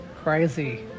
Crazy